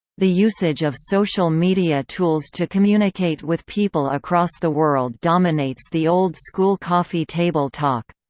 the usage of social media tools to communicate with people across the world dominates the old school coffee table talk.